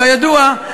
כידוע,